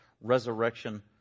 resurrection